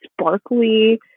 sparkly